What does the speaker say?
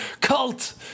cult